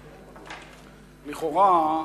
לכאורה,